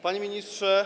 Panie Ministrze!